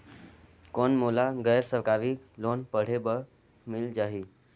कौन मोला गैर सरकारी लोन पढ़े बर मिल जाहि?